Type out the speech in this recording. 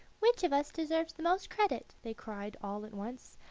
which of us deserves the most credit? they cried all at once.